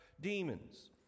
demons